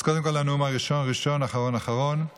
אז קודם כול הנאום, ראשון, ראשון, ואחרון, אחרון.